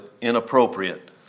inappropriate